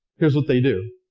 here's what they do.